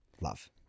love